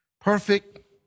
perfect